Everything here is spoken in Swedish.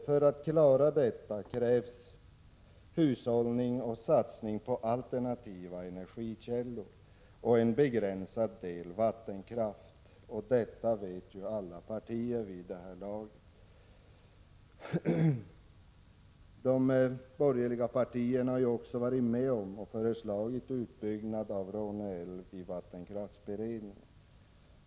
För att klara detta krävs hushållning, satsning på alternativa energikällor och en begränsad del vattenkraft. Detta vet alla partier vid det här laget. De borgerliga partierna har själva varit med och föreslagit utbyggnad av Råneälven i vattenkraftsberedningen.